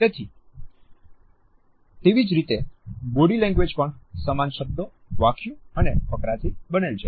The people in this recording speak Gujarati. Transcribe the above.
તેવી રીતે બોડી લેંગ્વેજ પણ સમાન શબ્દ વાક્યો અને ફકરાથી બનેલ છે